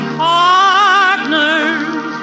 partners